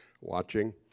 watching